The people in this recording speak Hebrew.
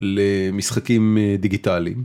למשחקים דיגיטליים.